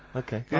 ok.